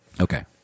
Okay